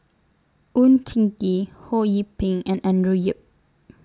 Oon Jin Gee Ho Yee Ping and Andrew Yip